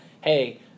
hey